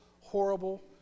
horrible